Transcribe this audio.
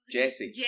Jesse